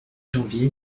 janvier